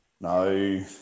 No